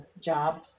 Job